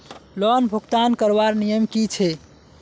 Loan भुगतान करवार नियम की छे?